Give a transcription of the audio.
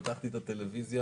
פתחתי את הטלוויזיה,